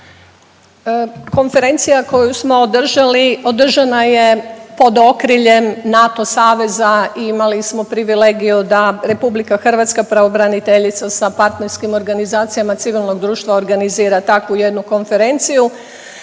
Konferencija koju smo održali, održana je pod okriljem NATO saveza i imali smo privilegiju da RH, pravobraniteljica sa partnerskim organizacijama civilnog društva organizira takvu jednu konferenciju.